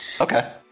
Okay